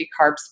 carbs